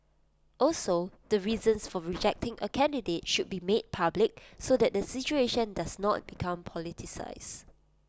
also the reasons for rejecting A candidate should be made public so that the situation does not become politicised